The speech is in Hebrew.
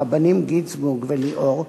הרבנים גינזבורג וליאור,